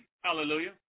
hallelujah